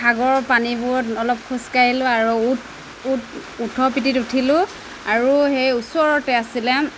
সাগৰৰ পানীবোৰত অলপ খোজকাঢ়িলোঁ আৰু উট উট উটৰ পিঠিত উঠিলোঁ আৰু সেই ওচৰতে আছিলে